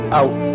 out